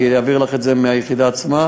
אני אעביר לך את זה מהיחידה עצמה.